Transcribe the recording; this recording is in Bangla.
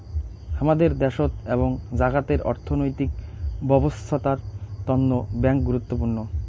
হামাদের দ্যাশোত এবং জাগাতের অর্থনৈতিক ব্যবছস্থার তন্ন ব্যাঙ্ক গুরুত্বপূর্ণ